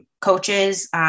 coaches